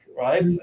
right